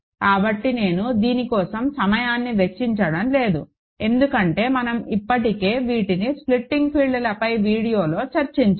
కాబట్టి నేను దీని కోసం సమయాన్ని వెచ్చించడం లేదు ఎందుకంటే మనం ఇప్పటికే వీటిని స్ప్లిటింగ్ ఫీల్డ్లపై వీడియోలో చర్చించాము